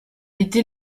était